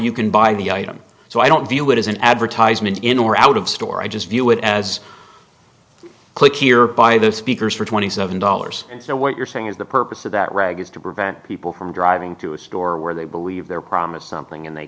you can buy the item so i don't view it as an advertisement in or out of store i just view it as click here by the speakers for twenty seven dollars and so what you're saying is the purpose of that rag is to prevent people from driving to a store where they believe they're promised something and they